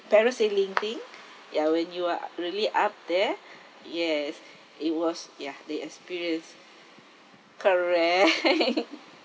parasailing thing ya when you are ugh really up there yes it was ya the experience correct